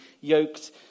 yoked